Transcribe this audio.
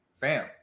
fam